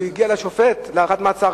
והוא הגיע לשופט להארכת מעצר,